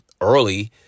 early